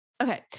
Okay